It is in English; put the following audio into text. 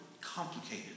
complicated